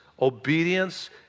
obedience